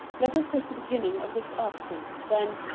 let us take the beginning of this article then,